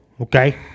Okay